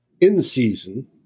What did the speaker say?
in-season